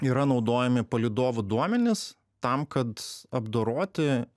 yra naudojami palydovų duomenys tam kad apdoroti